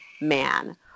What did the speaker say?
man